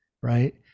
right